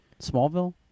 Smallville